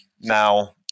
now